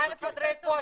מיקי,